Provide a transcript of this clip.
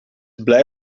blij